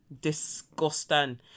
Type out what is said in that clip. Disgusting